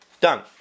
Done